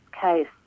case